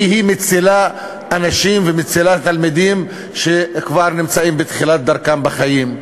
כי היא מצילה אנשים ומצילה תלמידים שכבר נמצאים בתחילת דרכם בחיים.